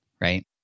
right